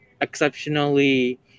exceptionally